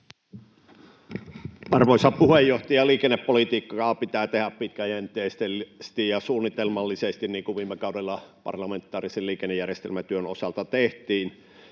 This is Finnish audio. Arvoisa puheenjohtaja! Liikennepolitiikkaa pitää tehdä pitkäjänteisesti ja suunnitelmallisesti niin kuin viime kaudella parlamentaarisen liikennejärjestelmätyön osalta tehtiin.